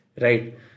Right